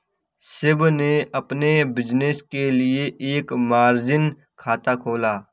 शिव ने अपने बिज़नेस के लिए एक मार्जिन खाता खोला